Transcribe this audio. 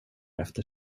efter